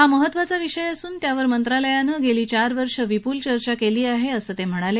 हा एक महत्वाचा विषय असून त्यावर मंत्रालयानं गेली चार वर्ष विपूल चर्चा केली आहे असं ते म्हणाले